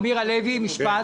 אמיר הלוי, משפט.